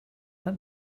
that